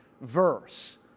verse